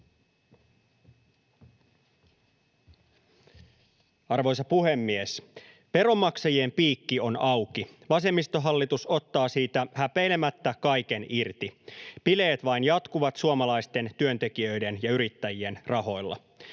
Arvoisa puhemies! Veronmaksajien piikki on auki. Vasemmistohallitus ottaa siitä häpeilemättä kaiken irti. Bileet vain jatkuvat suomalaisten työntekijöiden ja yrittäjien rahoilla.